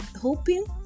hoping